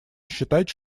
считать